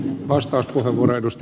arvoisa puhemies